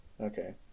Okay